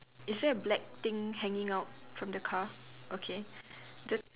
is there a black thing hanging out from the car okay the